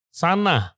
sana